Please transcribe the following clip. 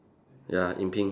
ya in pink